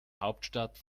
hauptstadt